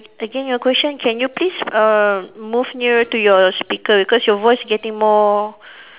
again your question can you please uh move nearer to your speaker because your voice getting more